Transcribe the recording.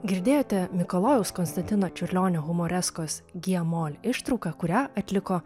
girdėjote mikalojaus konstantino čiurlionio humoreskos gie mol ištrauką kurią atliko